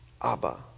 Abba